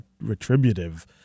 retributive